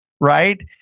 right